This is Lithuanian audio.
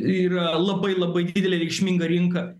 yra labai labai didelė reikšminga rinka